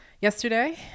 yesterday